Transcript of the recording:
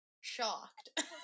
shocked